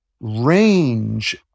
range